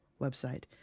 website